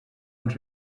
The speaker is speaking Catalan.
uns